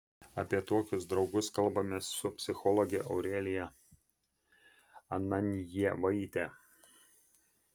apie tokius draugus kalbamės su psichologe aurelija ananjevaite